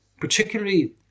particularly